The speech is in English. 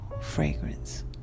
fragrance